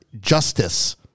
justice